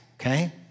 okay